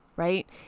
Right